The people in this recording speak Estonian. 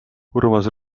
urmas